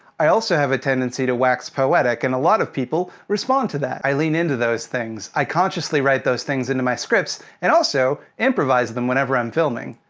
i also have a tendency to wax poetic, and a lot of people respond to that. i lean into those things. i consciously write those things into my scripts, and also improvise them, whenever i'm filming.